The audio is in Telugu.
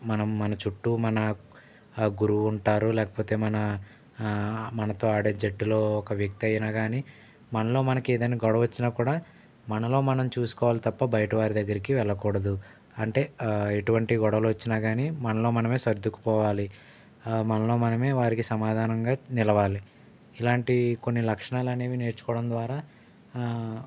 మనం మన చుట్టూ మన గురువులుంటారు లేకపోతే మన మనతో ఆడే జట్టులో ఒక వ్యక్తి అయినా గాని మనలో మనకేదైనా గొడవచ్చినా కూడా మనలో మనం చూసుకోవాలి తప్ప బయట వారిదగ్గరకి వెళ్ళకూడదు అంటే ఎటువంటి గొడవలొచ్చినా కానీ మనలో మనమే సర్దుకుపోవాలి మనలో మనమే వారికి సమాధానంగా నిలవాలి ఇలాంటివి కొన్ని లక్షణాలనేవి నేర్చుకోవడం ద్వారా